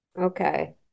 Okay